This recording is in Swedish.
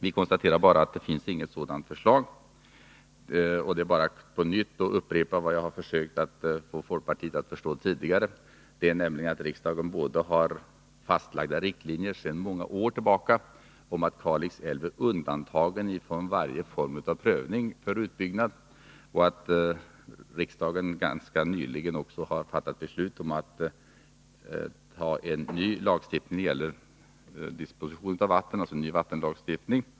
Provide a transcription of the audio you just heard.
Vi konstaterar att det inte finns något sådant förslag, och det är bara för mig att upprepa vad jag tidigare har försökt få folkpartiet att förstå, nämligen både att riksdagen sedan många år tillbaka har fastlagda riktlinjer om att Kalix älv är undantagen från varje form av prövning för utbyggnad och att riksdagen ganska nyligen också har fattat beslut om att anta en ny lagstiftning när det gäller disposition av vatten, dvs. en ny vattenlagstiftning.